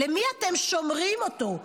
למי אתם שומרים אותו?